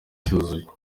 cyuzuye